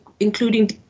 including